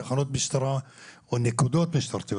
נקודות משטרתיות